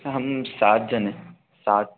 हाँ हम सात जन है सात